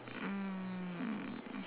um